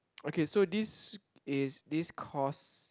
okay so this is this costs